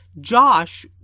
Josh